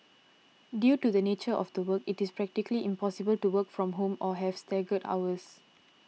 due to the nature of the work it is practically impossible to work from home or have staggered hours